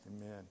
Amen